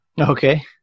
Okay